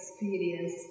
experience